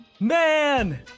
man